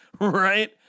Right